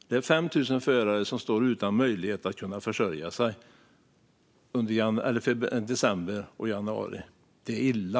Det är 5 000 förare som står utan möjlighet att försörja sig under december och januari. Det är illa.